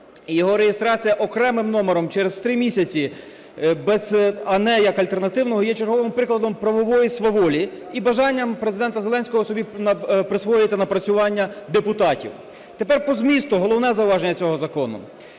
його реєстрація окремим номером через 3 місяці, а не як альтернативного, є черговим прикладом правової сваволі і бажанням Президента Зеленського собі присвоїти напрацювання депутатів. Тепер по змісту – головне зауваження цього закону.